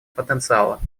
потенциала